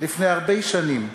לפני הרבה שנים,